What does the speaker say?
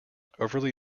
overly